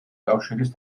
კავშირის